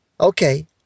okay